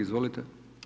Izvolite.